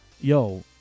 Yo